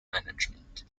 management